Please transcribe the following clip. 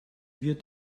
wird